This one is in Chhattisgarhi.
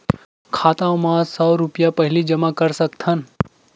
खाता मा सौ रुपिया पहिली जमा कर सकथन?